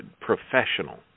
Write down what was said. professional